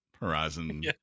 horizon